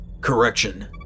Correction